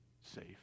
safe